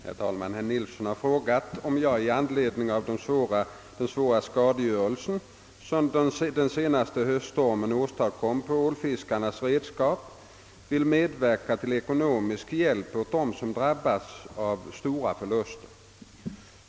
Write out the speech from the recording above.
Herr talman! Herr Nilsson i Bästekille har frågat om jag i anledning av den svåra skadegörelse, som den senaste höststormen åstadkom på ålfiskarnas redskap, vill medverka till ekonomisk hjälp åt dem som drabbats av stora förluster.